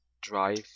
Drive